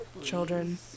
children